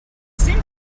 seem